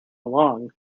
along